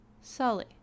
Sully